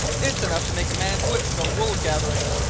it's enough to make a man's wits go wool-gathering.